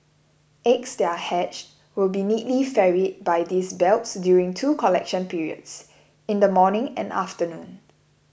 eggs they are hatched will be neatly ferried by these belts during two collection periods in the morning and afternoon